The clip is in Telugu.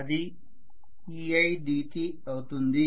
అది eidt అవుతుంది